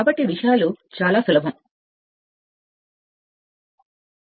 కాబట్టి విషయాలు చాలా సులభం విషయాలు చాలా సులభం